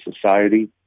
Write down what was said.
society